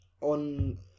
On